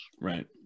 Right